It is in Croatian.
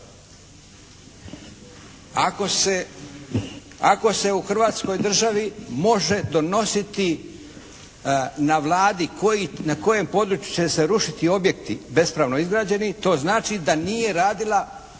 Ako se u hrvatskoj državi može donositi na Vladi na kojem području će se rušiti objekti bespravno izgrađeni to znači da nije radila pravna